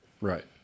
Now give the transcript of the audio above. Right